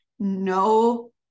No